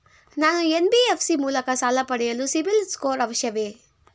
ನಾನು ಎನ್.ಬಿ.ಎಫ್.ಸಿ ಮೂಲಕ ಸಾಲ ಪಡೆಯಲು ಸಿಬಿಲ್ ಸ್ಕೋರ್ ಅವಶ್ಯವೇ?